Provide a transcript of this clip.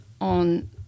on